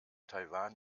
taiwan